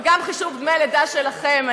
וגם חישוב דמי הלידה שלכם,